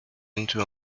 into